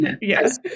Yes